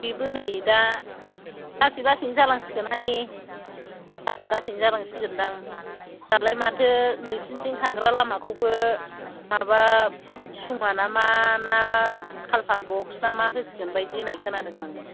बेबो नै दा लासै लासैनो जालांसिगोनहाय लासै लासैनो जालांसिगोन दां दालाय माथो नोंसिनिथिं थांग्रा लामाखौबो माबा सुङा ना मा ना कालपार बक्स ना मा होसिगोन बायदि खोनादों आङो